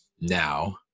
now